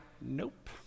Nope